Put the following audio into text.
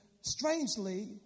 strangely